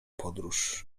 podróż